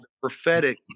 prophetic